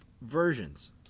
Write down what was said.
versions